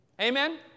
Amen